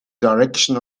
direction